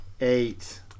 Eight